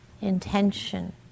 intention